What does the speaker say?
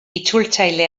itzultzaile